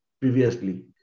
previously